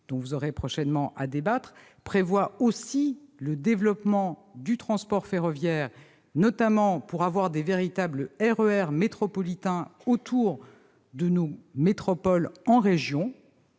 dont vous aurez prochainement à débattre, prévoit aussi le développement du transport ferroviaire, notamment pour avoir de véritables RER métropolitains autour des métropoles régionales,